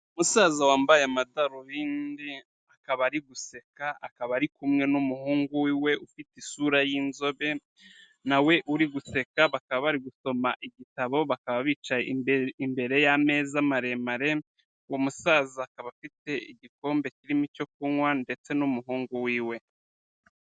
Umusaza wambaye amadarubindi akaba ari guseka, akaba ari kumwe n'umuhungu wiwe ufite isura y'inzobe, nawe uri guseka bakaba bari gusoma igitabo, bakaba bicaye imbere y'ameza maremare, uwo musaza akaba afite igikombe kirimo icyo kunywa ndetse n'umuhungu wiwe.